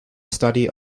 study